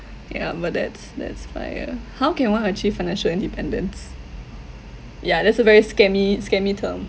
ya but that's that's FIRE how can one achieve financial independence ya that's a very scammy scammy term